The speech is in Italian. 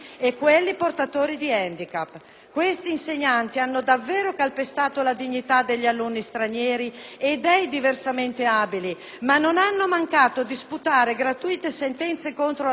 Questi insegnanti hanno davvero calpestato la dignità degli alunni stranieri e dei diversamente abili, ma non hanno mancato di sputare gratuite sentenze contro la Lega Nord dalle righe del quotidiano.